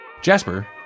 Jasper